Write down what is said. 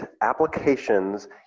applications